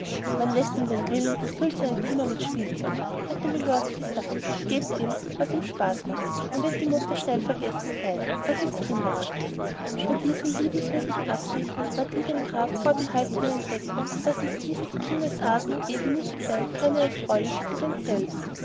man läßt ihm den willen und füllt seine zimmer mit spielzeug hatte mylord gesagt gebt ihm was ihm spaß macht dann wird die mutter schnell vergessen sein das ist kinderart bei diesen liebenswürdigen absichten war die dem grafen vorbehaltene entdeckung daß es dieses kindes art nun eben nicht sei keine erfreuliche für denselben